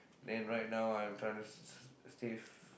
then right now I'm trying to s~ save